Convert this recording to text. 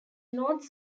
north